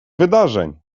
wydarzeń